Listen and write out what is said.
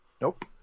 Nope